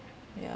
yeah